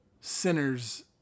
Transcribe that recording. sinners